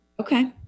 Okay